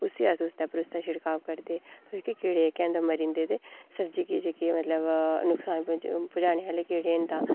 उसी अस उस दे भरोसे छिड़काव करदे इक छंटे च मरी जंदे ते सब्जी जेह्की ऐ मतलब नुक्सान पजाने आह्ले कीड़े न तां